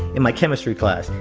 in my chemistry class.